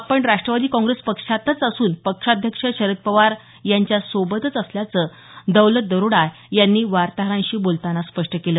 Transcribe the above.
आपण राष्ट्रवादी काँग्रेस पक्षातच असून पक्षाध्यक्ष शरद पवार यांच्यासोबतच असल्याचं दौलत दरोडा यांनी वार्ताहरांशी बोलताना स्पष्ट केलं